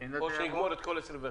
או שנגמור את כל 21?